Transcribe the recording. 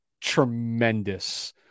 tremendous